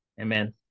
Amen